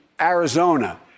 Arizona